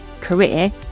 career